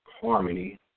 harmony